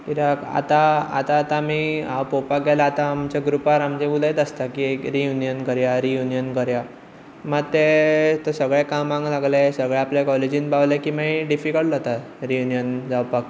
कित्याक आतां आतां आतां आमी पळोवपाक गेल्यार आतां आमच्या ग्रुपार आमी उलयता आसतात की रियुनीयन करया रियुनियन करया मात ते सगळे आपल्या कामांक लागले सगळ्या आपल्या कॉलेजीन पावले की मागीर डिफीकल्ट जाता रियुनीयन जावपाक